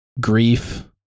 grief